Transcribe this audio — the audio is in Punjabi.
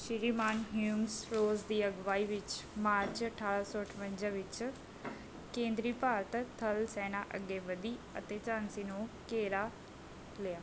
ਸ੍ਰੀਮਾਨ ਹਿਊਂਗ ਰੋਜ਼ ਦੀ ਅਗਵਾਈ ਵਿੱਚ ਮਾਰਚ ਅਠਾਰਾਂ ਸੌ ਅਠਵੰਜਾ ਵਿੱਚ ਕੇਂਦਰੀ ਭਾਰਤ ਥਲ ਸੈਨਾ ਅੱਗੇ ਵਧੀ ਅਤੇ ਝਾਂਸੀ ਨੂੰ ਘੇਰਾ ਲਿਆ